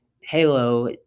Halo